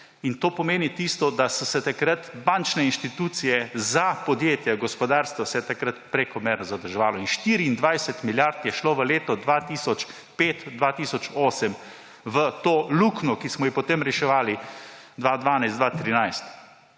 in to pomeni tisto, da so se takrat bančne institucije za podjetja, gospodarstvo se je takrat prekomerno zadrževalo, in 24 milijard je šlo v leto 2005‒2008 v to luknjo, ki smo jo potem reševali 2012, 2013.